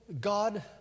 God